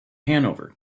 hanover